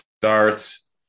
starts